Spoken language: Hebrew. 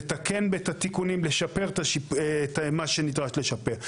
לתקן את התיקונים, לשפר את מה שנדרש לשפר.